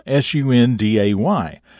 SUNDAY